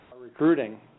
recruiting